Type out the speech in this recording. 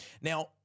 Now